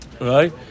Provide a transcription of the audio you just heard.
right